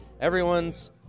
Everyone's